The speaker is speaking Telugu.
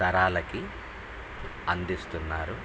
తరాలకి అందిస్తున్నారు